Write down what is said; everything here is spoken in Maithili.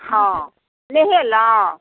हॅं नहेलहुँ